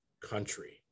country